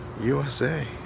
USA